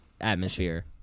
atmosphere